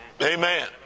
amen